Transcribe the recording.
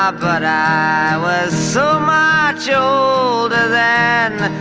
ah but i was so much older then,